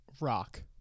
Rock